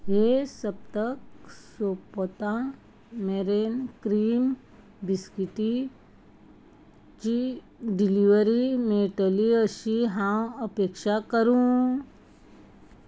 हे सप्तक सोंपता मेरेन क्रीम बिस्कीटीं ची डिलिव्हरी मेळटली अशी हांव अपेक्षा करूं